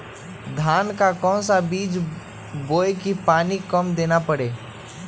धान का कौन सा बीज बोय की पानी कम देना परे?